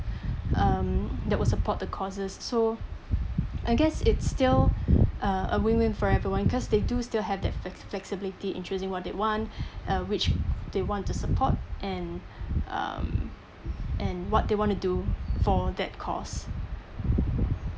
um that would support the causes so I guess it's still uh a win win for everyone because they do still have their flex~ flexibility in choosing what they want uh which they want to support and um and what they want to do for that cause